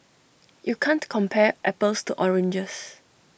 you can't compare apples to oranges